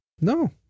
No